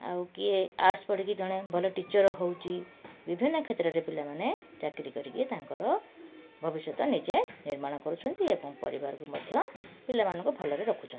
ଆଉ କିଏ ଆର୍ଟ୍ସ ପଢ଼ିକି ଜଣେ ଭଲ ଟିଚର ହେଉଛି ବିଭିନ୍ନ କ୍ଷେତ୍ରରେ ପିଲାମାନେ ଚାକିରି କରିକି ତାଙ୍କର ଭବିଷ୍ୟତ ନିଜେ ନିର୍ମାଣ କରୁଛନ୍ତି ଏବଂ ପରିବାରକୁ ମଧ୍ୟ ପିଲାମାନଙ୍କୁ ଭଲରେ ରଖୁଛନ୍ତି